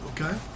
Okay